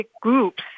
groups